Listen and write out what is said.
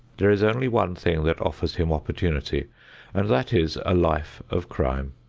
there is only one thing that offers him opportunity and that is a life of crime.